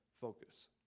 focus